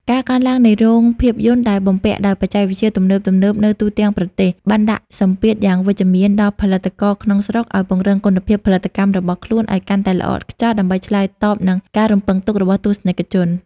ការកើនឡើងនៃរោងភាពយន្តដែលបំពាក់ដោយបច្ចេកវិទ្យាទំនើបៗនៅទូទាំងប្រទេស បានដាក់សម្ពាធយ៉ាងវិជ្ជមានដល់ផលិតករក្នុងស្រុកឱ្យពង្រឹងគុណភាពផលិតកម្មរបស់ខ្លួនឱ្យកាន់តែល្អឥតខ្ចោះដើម្បីឆ្លើយតបនឹងការរំពឹងទុករបស់ទស្សនិកជន។